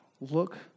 look